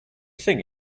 thing